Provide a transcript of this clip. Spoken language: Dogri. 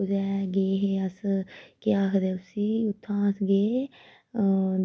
कुदै गे हे अस केह् आखदे उसी उत्थां अस गे हे